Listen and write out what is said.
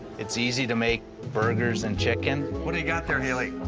it's easy to make burgers and chicken. what a got there haley?